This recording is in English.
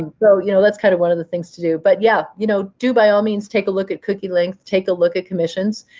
um so you know that's kind of one of the things to do. but yeah, you know do, by all means, take a look at cookie length. take a look at commissions.